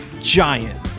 giant